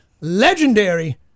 legendary